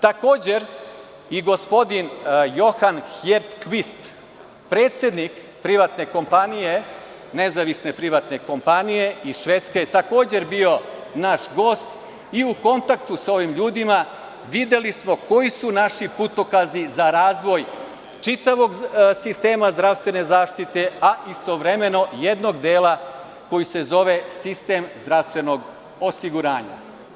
Takođe, gospodin Johan Her Kvist predsednik nezavisne privatne kompanije iz Švedske je takođe bio naš gost i u kontaktu sa ovim ljudima smo videli koji su naši putokazi za razvoj čitavog sistema zdravstvene zaštite, a i istovremeno jednog dela koji se zove sistem zdravstvenog osiguranja.